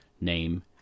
name